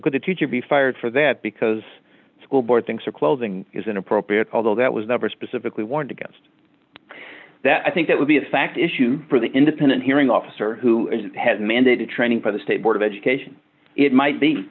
could a teacher be fired for that because the school board things are closing is inappropriate although that was never specifically warned against that i think that would be a fact issue for the independent hearing officer who has mandated training for the state board of education it might be